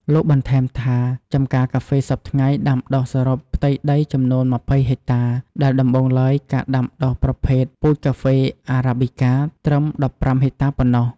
លោកបន្ថែមថា ចម្ការកាហ្វេសព្វថ្ងៃដាំដុះសរុបផ្ទៃដីចំនួន២០ហិកតា ដែលដំបូងឡើយការដាំដុះប្រភេទពូជការហ្វេ Arabica ត្រឹម១៥ ហិកតាប៉ុណ្ណោះ។